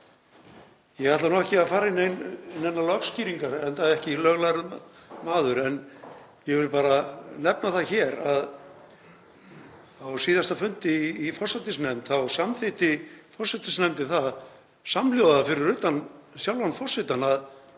Ég ætla nú ekki að fara í neinar lögskýringar, enda ekki löglærður maður, en ég vil bara nefna það hér að á síðasta fundi í forsætisnefnd þá samþykkti forsætisnefndin það samhljóða, fyrir utan sjálfan forsetann, að